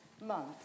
month